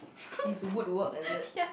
he's a good work avert